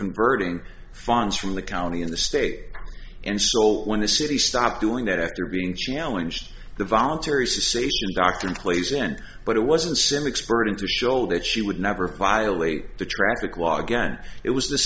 converting fines from the county in the state and so when the city stopped doing that after being challenged the voluntary same doctrine plays in but it wasn't simic spurting to show that she would never violate the traffic law again it was the